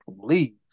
Please